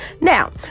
now